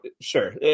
Sure